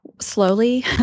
Slowly